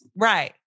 Right